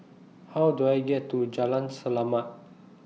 How Do I get to Jalan Selamat